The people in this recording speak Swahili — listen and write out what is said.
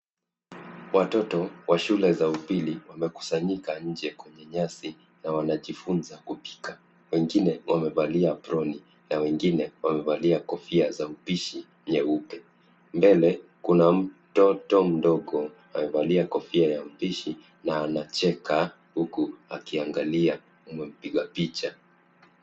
Watoto wa shule za upili wamekusanyika nje kwenye nyasi na wanajifunza kupika. Wengine wamevalia aproni na wengine wamevalia kofia za upishi nyeupe. Mbele kuna mtoto mdogo amevalia kofia ya upishi na anacheka huku akiangalia mpiga picha.